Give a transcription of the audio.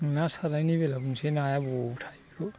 ना सारनायनि बेलायाव बुंनोसै नाया बबेयाव थायो बेखौ